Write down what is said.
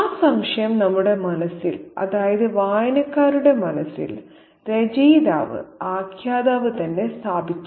ആ സംശയം നമ്മുടെ മനസ്സിൽ അതായത് വായനക്കാരുടെ മനസ്സിൽ രചയിതാവ് ആഖ്യാതാവ് തന്നെ സ്ഥാപിച്ചു